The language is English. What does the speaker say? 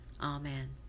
Amen